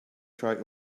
try